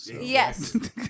Yes